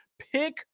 pick